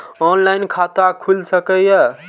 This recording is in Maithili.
ऑनलाईन खाता खुल सके ये?